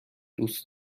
دوست